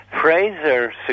Fraser